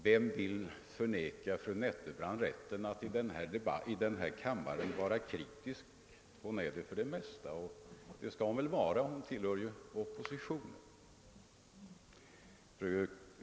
Vem vill förneka fru Nettelbrandt rätten att i denna kammare vara kritisk? Hon är det för det mesta, och det skall hon väl vara — hon tillhör ju oppositionen.